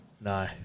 No